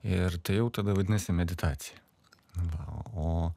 ir tai jau tada vadinasi meditacija va o